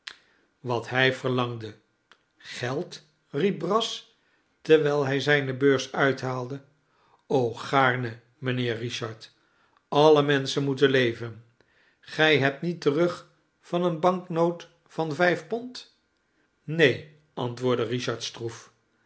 wat hij verlangde geld riep brass terwijl hij zijne beurs uithaalde o gaarne mijnheer richard alle menschen moeten leven gij hebt niet terug van eene banknoot van vijf pond neen antwoordde richard stroef